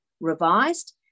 revised